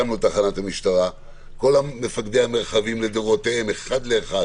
כל מפקדי המרחבים לדורותיהם, אחד לאחד